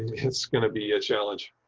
it's going to be a challenge.